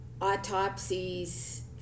Autopsies